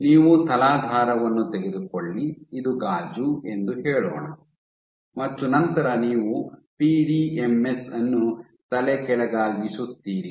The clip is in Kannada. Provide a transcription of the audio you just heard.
ನೀವು ತಲಾಧಾರವನ್ನು ತೆಗೆದುಕೊಳ್ಳಿ ಇದು ಗಾಜು ಎಂದು ಹೇಳೋಣ ಮತ್ತು ನಂತರ ನೀವು ಪಿಡಿಎಂಎಸ್ ಅನ್ನು ತಲೆಕೆಳಗಾಗಿಸುತ್ತೀರಿ